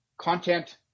content